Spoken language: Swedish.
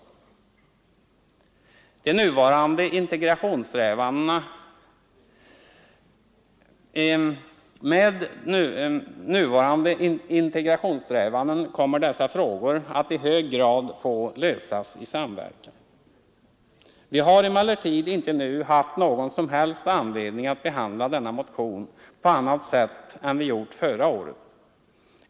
Med nuvarande integrationssträvanden kommer dessa frågor att i hög grad få lösas i samverkan. Vi har emellertid inte nu haft någon som helst anledning att behandla denna motion på annat sätt än vi gjorde förra året.